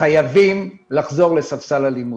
חייבים לחזור לספסל הלימודים.